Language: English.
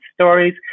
stories